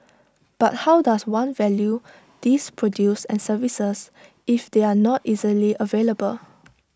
but how does one value these produce and services if they are not easily available